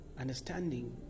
Understanding